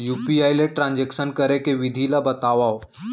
UPI ले transaction करे के विधि ला बतावव?